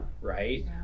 right